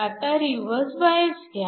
आता reverse bias घ्या